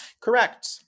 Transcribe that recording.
Correct